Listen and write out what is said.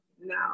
no